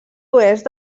oest